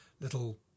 little